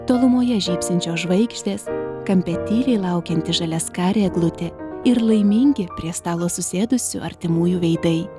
tolumoje žybsinčios žvaigždės kampe tyliai laukianti žaliaskarė eglutė ir laimingi prie stalo susėdusių artimųjų veidai